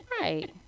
Right